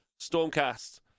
Stormcast